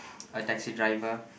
a taxi driver